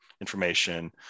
information